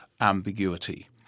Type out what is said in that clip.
ambiguity